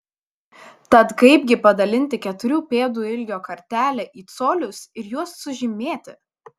tad kaipgi padalinti keturių pėdų ilgio kartelę į colius ir juos sužymėti